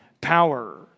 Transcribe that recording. power